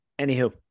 anywho